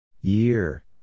Year